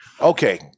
Okay